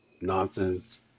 nonsense